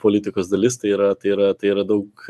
politikos dalis tai yra tai yra tai yra daug